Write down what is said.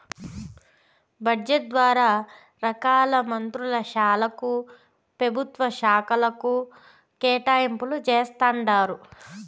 budget ద్వారా రకాల మంత్రుల శాలకు, పెభుత్వ శాకలకు కేటాయింపులు జేస్తండారు